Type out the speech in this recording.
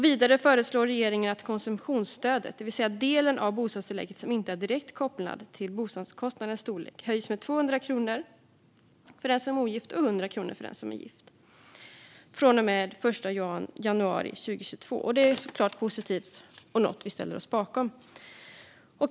Vidare föreslår regeringen att konsumtionsstödet, det vill säga den del av bostadstillägget som inte är direkt kopplad till bostadskostnadens storlek, höjs med 200 kronor för den som är ogift och med 100 kronor för den som är gift från och med den 1 januari 2022. Detta är såklart positivt och något som vi ställer oss bakom.